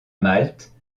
malte